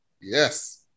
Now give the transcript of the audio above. Yes